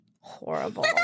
Horrible